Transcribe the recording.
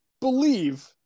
believe